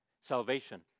salvation